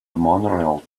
monorail